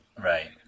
right